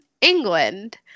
England